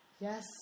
Yes